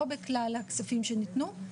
לא בכלל הכספים שניתנו,